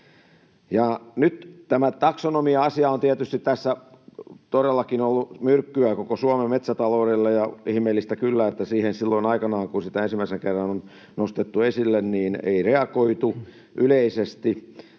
Nyt tämä taksonomia-asia on tietysti tässä todellakin ollut myrkkyä koko Suomen metsätaloudelle. Ihmeellistä kyllä, että siihen silloin aikanaan, kun sitä ensimmäisen kerran nostettiin esille, ei reagoitu yleisesti.